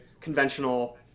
conventional